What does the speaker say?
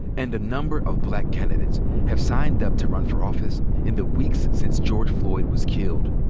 and a number of black candidates have signed up to run for office in the weeks since george floyd was killed,